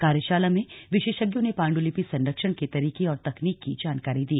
कार्यशाला में विशेषज्ञों ने पांडुलिपि संरक्षण के तरीके और तकनीक की जानकारी दी